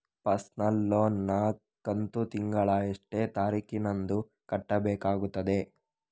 Personal loan ನ ಕಂತು ತಿಂಗಳ ಎಷ್ಟೇ ತಾರೀಕಿನಂದು ಕಟ್ಟಬೇಕಾಗುತ್ತದೆ?